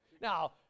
Now